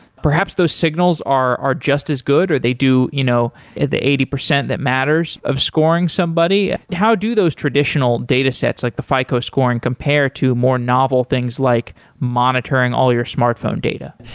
perhaps those signals are are just as good, or they do you know at the eighty dollars that matters of scoring somebody. how do those traditional data sets, like the fico scoring compare to more novel things like monitoring all your smartphone data?